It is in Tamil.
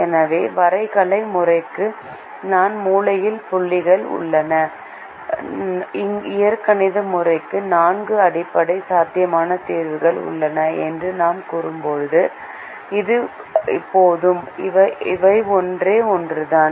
எனவே வரைகலை முறைக்கு நான்கு மூலையில் புள்ளிகள் உள்ளன இயற்கணித முறைக்கு நான்கு அடிப்படை சாத்தியமான தீர்வுகள் உள்ளன என்று நாம் கூறும்போது அது போதும் அவை ஒன்றே ஒன்றுதான்